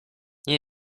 nie